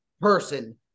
person